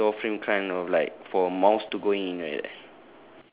ya it's a door frame kind of like for mouse to go in like that